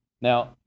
now